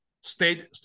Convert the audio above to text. State